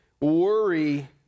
Worry